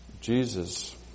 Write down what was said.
Jesus